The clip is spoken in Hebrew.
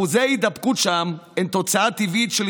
אחוזי ההידבקות שם הם תוצאה טבעית של